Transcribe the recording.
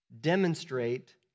demonstrate